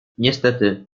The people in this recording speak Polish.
niestety